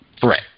threat